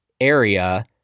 area